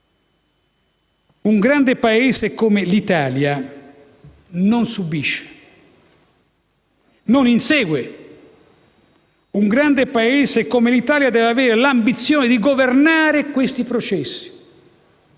Un grande Paese come l'Italia non subisce, non insegue. Un grande Paese come l'Italia deve avere l'ambizione di governare questi processi,